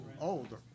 Older